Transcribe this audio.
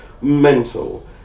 mental